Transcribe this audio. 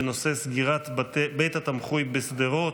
בנושא: סגירת בית התמחוי בשדרות.